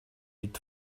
eat